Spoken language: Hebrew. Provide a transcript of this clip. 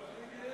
לא נתקבלה.